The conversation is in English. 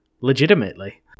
legitimately